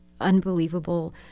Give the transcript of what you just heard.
unbelievable